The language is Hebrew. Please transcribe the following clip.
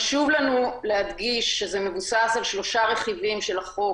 חשוב לנו להדגיש שזה מבוסס על שלושה רכיבים של החוק,